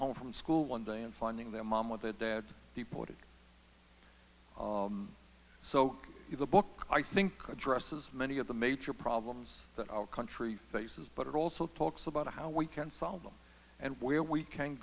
home from school one day and finding their mom with a dad he pointed so the book i think addresses many of the major problems that our country faces but it also talks about how we can solve them and where we can